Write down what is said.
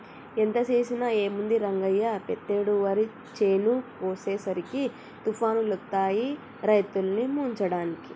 ఎంత చేసినా ఏముంది రంగయ్య పెతేడు వరి చేను కోసేసరికి తుఫానులొత్తాయి రైతుల్ని ముంచడానికి